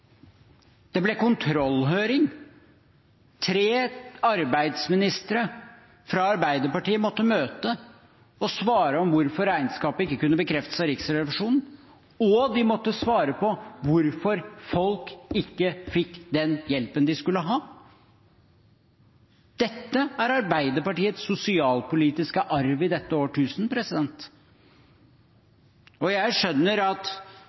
Det ble kontrollhøring. Tre arbeidsministre fra Arbeiderpartiet måtte møte og svare på hvorfor regnskapet ikke kunne bekreftes av Riksrevisjonen. De måtte også svare på hvorfor folk ikke fikk den hjelpen de skulle ha. Dette er Arbeiderpartiets sosialpolitiske arv i dette årtusen. Jeg skjønner at